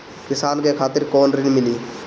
किसान के खातिर कौन ऋण मिली?